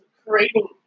creating